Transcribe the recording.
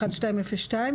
ל-1202,